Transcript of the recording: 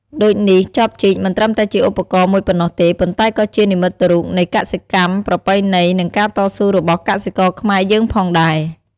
ដូចនេះ ចបជីកមិនត្រឹមតែជាឧបករណ៍មួយប៉ុណ្ណោះទេ ប៉ុន្តែក៏ជា និមិត្តរូបនៃកសិកម្មប្រពៃណី និងការតស៊ូរបស់កសិករខ្មែរយើងផងដែរ។